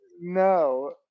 No